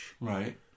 Right